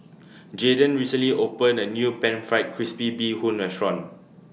Jaydan recently opened A New Pan Fried Crispy Bee Hoon Restaurant